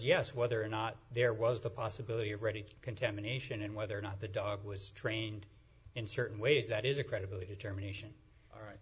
yes whether or not there was the possibility of ready contamination and whether or not the dog was trained in certain ways that is a credible a determination all right